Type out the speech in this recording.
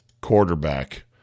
quarterback